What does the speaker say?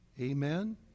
Amen